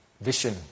vision